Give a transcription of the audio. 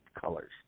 colors